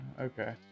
Okay